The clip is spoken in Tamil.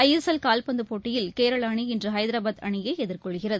ஐ எஸ் எல் கால்பந்துபோட்டியில் கேரளஅணி இன்றுஹைதராபாத் அணியைஎதிர்கொள்கிறது